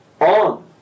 on